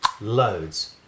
loads